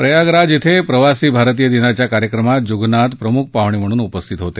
प्रयागराज िं प्रवासी भारतीय दिनाच्या कार्यक्रमात जुगनाथ प्रमुख पाहणे म्हणून उपस्थित होते